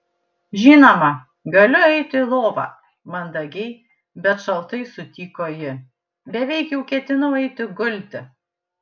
žinoma galiu eiti į lovą mandagiai bet šaltai sutiko ji beveik jau ketinau eiti gulti